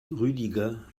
rüdiger